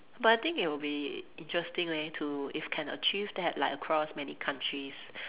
but I think it will be interesting leh to if can achieve that like across many countries